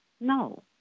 No